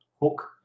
hook